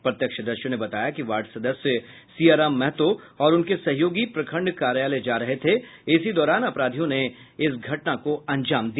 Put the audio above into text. प्रत्यक्षदर्शियों ने बताया कि वार्ड सदस्य सियाराम महतो और उनके सहयोगी प्रखंड कार्यालय जा रहे थे इसी दौरान अपराधियों ने घटना को अंजाम दिया